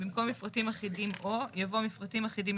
במקום "מפרטים אחידים או" יבוא "מפרטים אחידים,